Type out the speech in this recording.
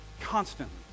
Constantly